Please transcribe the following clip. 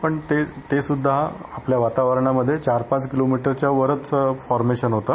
पण ते सुद्धा आपल्या वातावरणामध्ये चार पाच किलोमीटर वरच फॉरमेशन होतं